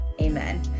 amen